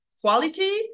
quality